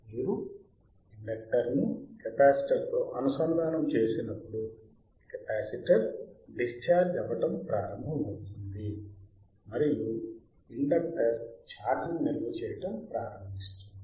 మీరు ఇండక్టర్ను కెపాసిటర్తో అనుసంధానము చేసినప్పుడు కెపాసిటర్ డిశ్చార్జ్ అవ్వటం ప్రారంభమవుతుంది మరియు ఇండక్టర్ ఛార్జ్ను నిల్వ చేయడం ప్రారంభిస్తుంది